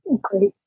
great